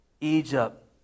Egypt